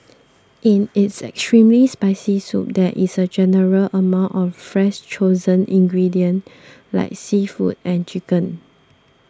in its extremely spicy soup there is a general amount of fresh chosen ingredients like seafood and chicken